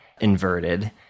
inverted